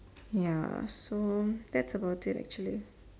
ya so that's about it actually